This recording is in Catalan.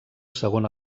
segon